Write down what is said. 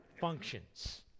functions